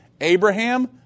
Abraham